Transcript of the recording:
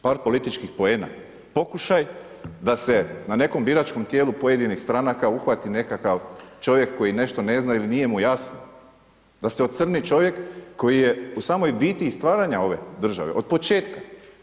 Par političkih poena, pokušaj da se na nekom biračkom tijelu pojedinih stranaka uhvati nekakav čovjek koji nešto ne zna ili nije mu jasno, da se ocrni čovjek koji je u samoj biti i stvaranja ove države od početka.